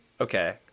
Okay